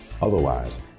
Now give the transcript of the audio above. Otherwise